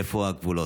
איפה הגבולות?